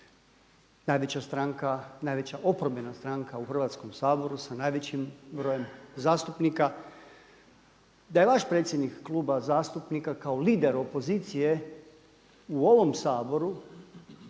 najveća oporbena stranka u Hrvatskom saboru sa najvećim brojem zastupnika da je vaš predsjednik kluba zastupnika kao lider opozicije u ovom Saboru